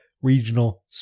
regional